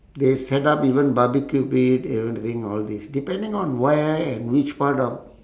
they set up even barbecue pit you know drink all this depending on where and which part of